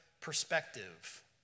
perspective